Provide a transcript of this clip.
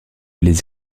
les